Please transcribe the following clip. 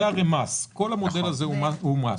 זה הרי מס, כל המודל הזה הוא מס.